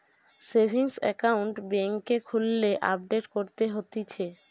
savings account বেংকে খুললে update করতে হতিছে